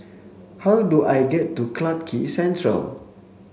how do I get to Clarke Quay Central